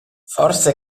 forsa